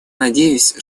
надеюсь